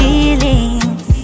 Feelings